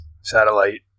satellite